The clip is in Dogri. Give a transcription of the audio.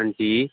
आं जी